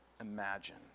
imagine